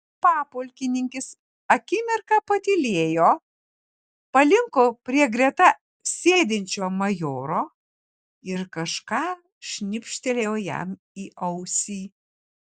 papulkininkis akimirką patylėjo palinko prie greta sėdinčio majoro ir kažką šnibžtelėjo jam į ausį